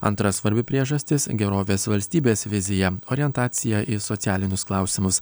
antra svarbi priežastis gerovės valstybės vizija orientacija į socialinius klausimus